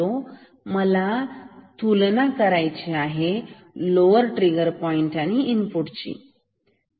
मला तुलना करायची आहे लोवर ट्रिगर पॉईंट आणि इनपुट ची